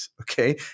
Okay